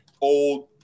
Old